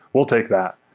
we'll take that.